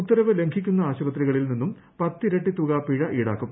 ഉത്തരവ് ലംഘിക്കുന്ന ആശുപത്രികളിൽ നിന്നും പത്തിരട്ടി തുടകുപ്പിഴ ഈടാക്കും